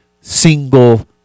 single